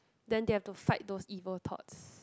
then they have to fight those evil thoughts